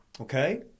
Okay